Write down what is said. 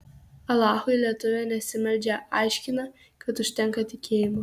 alachui lietuvė nesimeldžia aiškina kad užtenka tikėjimo